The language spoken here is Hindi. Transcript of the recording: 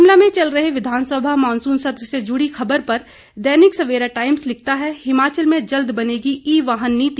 शिमला में चल रहे विधानसभा मॉनसून सत्र से जुड़ी खबर पर दैनिक सवेरा टाईम्स लिखता है हिमाचल में जल्द बनेंगी ई वाहन नीति